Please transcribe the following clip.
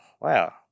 wow